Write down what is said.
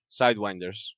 sidewinders